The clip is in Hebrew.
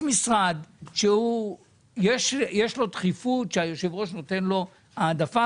יש משרד שיש לו דחיפות והיושב-ראש נותן לו העדפה.